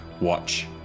watch